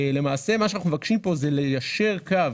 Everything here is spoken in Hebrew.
מה שאנחנו מבקשים פה זה ליישר קו